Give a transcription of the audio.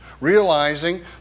Realizing